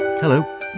Hello